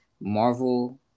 Marvel